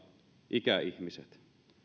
ikäihmiset